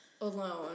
alone